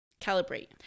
calibrate